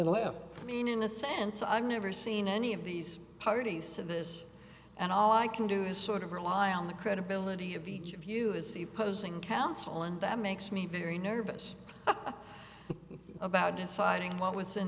left i mean in a sense i've never seen any of these parties to this and all i can do is sort of rely on the credibility of each of you as the posing counsel and that makes me very nervous about deciding what was in